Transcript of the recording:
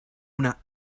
una